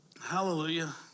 Hallelujah